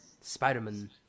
Spider-Man